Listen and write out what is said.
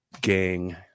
Gang